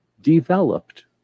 developed